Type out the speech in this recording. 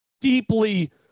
deeply